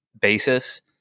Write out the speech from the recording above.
basis